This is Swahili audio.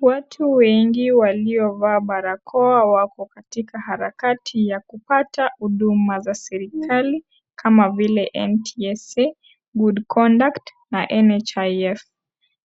Watu wengi waliovaa barakoa wapo katika harakati ya kupata huduma za serikali kama vile;(cs)NTSA, good conduct na NHIF(cs).